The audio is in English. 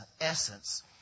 essence